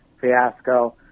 fiasco